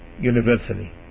universally